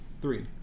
Three